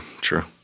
true